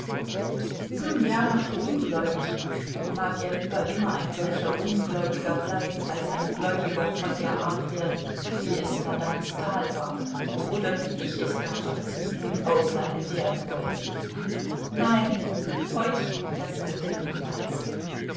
nun ja ungläubig mag er lieber immer ein solcher ungläubiger bleiben als ein gläubiger von der art werden wie es madame stahl war oder wie ich es damals im auslande werden wollte nein heucheln das wird er niemals